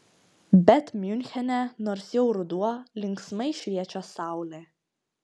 bet miunchene nors jau ruduo linksmai šviečia saulė